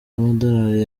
z’amadorari